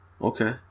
Okay